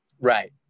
Right